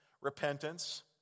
repentance